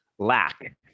lack